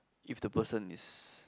if the person is